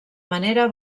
manera